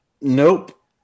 Nope